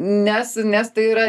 nes nes tai yra